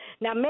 Now